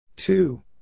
Two